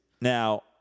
Now